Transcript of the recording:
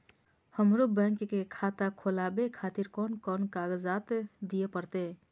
हमरो बैंक के खाता खोलाबे खातिर कोन कोन कागजात दीये परतें?